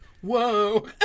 whoa